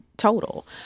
total